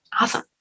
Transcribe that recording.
Awesome